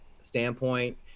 standpoint